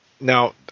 Now